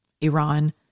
Iran